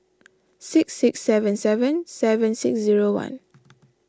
six six seven seven seven six zero one